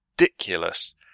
ridiculous